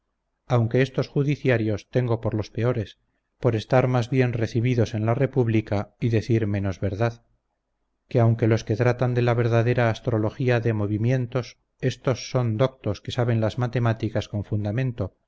aunque estos judiciarios tengo por los peores por estar más bien recibidos en la república y decir menos verdad que aunque los que tratan de la verdadera astrología de movimientos estos son doctos que saben las matemáticas con fundamento